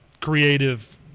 creative